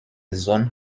sohn